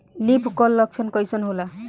Leaf curl लक्षण कइसन होला?